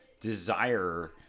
desire